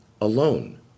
alone